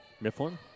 Mifflin